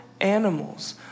animals